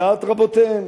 לדעת רבותיהם,